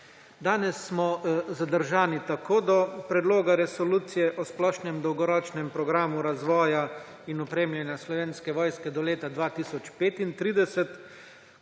Danes smo zadržani tako do Predloga resolucije o splošnem dolgoročnem programu razvoja in opremljanja Slovenske vojske do leta 2035